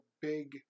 big